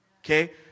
okay